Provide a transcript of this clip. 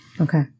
Okay